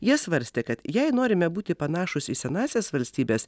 jie svarstė kad jei norime būti panašūs į senąsias valstybes